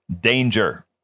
danger